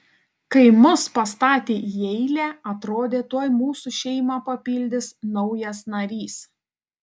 kai mus pastatė į eilę atrodė tuoj mūsų šeimą papildys naujas narys